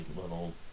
little